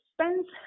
spends